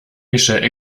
michelle